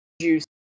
Juice